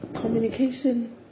communication